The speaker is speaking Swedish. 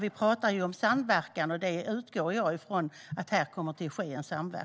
Vi talar om samverkan, och jag utgår från att samverkan kommer att ske här.